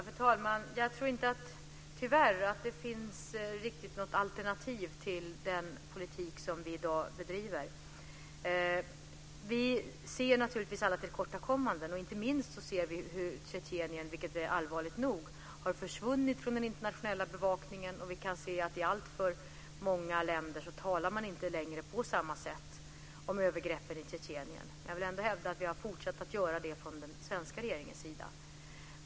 Fru talman! Jag tror tyvärr inte att det finns något alternativ till den politik som vi i dag bedriver. Vi ser naturligtvis alla tillkortakommanden. Inte minst ser vi hur man har upphört att bevaka Tjetjenien internationellt, vilket är allvarligt nog. Vi kan se att man i alltför många länder inte längre talar på samma sätt om övergreppen i Tjetjenien. Jag vill ändå hävda att vi har fortsatt att göra det från den svenska regeringens sida.